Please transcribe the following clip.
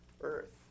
earth